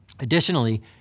Additionally